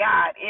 God